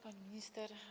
Pani Minister!